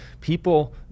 people